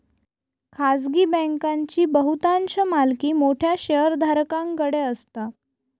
खाजगी बँकांची बहुतांश मालकी मोठ्या शेयरधारकांकडे असता